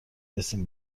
رسیم